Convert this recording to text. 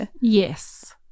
Yes